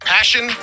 Passion